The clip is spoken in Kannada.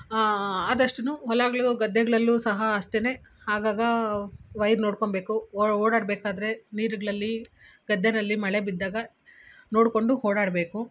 ಆದಷ್ಟೂನು ಹೊಲಗಳು ಗದ್ದೆಗಳಲ್ಲೂ ಸಹ ಅಷ್ಟೇನೆ ಆಗಾಗ ವೈರ್ ನೋಡ್ಕೋಬೇಕು ಓಡಾಡ್ಬೇಕಾದರೆ ನೀರುಗಳಲ್ಲಿ ಗದ್ದೆಯಲ್ಲಿ ಮಳೆ ಬಿದ್ದಾಗ ನೋಡಿಕೊಂಡು ಓಡಾಡಬೇಕು